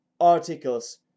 articles